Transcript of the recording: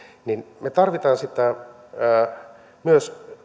niin me tarvitsemme myös